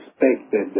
expected